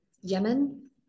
Yemen